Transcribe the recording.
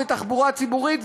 ותחבורה ציבורית,